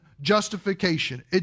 justification